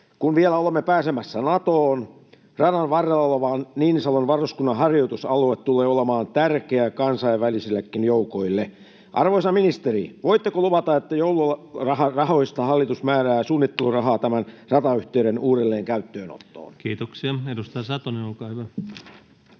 Kun vielä olemme pääsemässä Natoon, radan varrella oleva Niinisalon varuskunnan harjoitusalue tulee olemaan tärkeä kansainvälisillekin joukoille. Arvoisa ministeri: voitteko luvata, että joulurahoista hallitus määrää suunnittelurahaa tämän ratayhteyden uudelleenkäyttöönottoon? [Speech 535] Speaker: